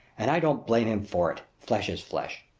and i don't blame him for it flesh is flesh.